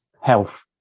health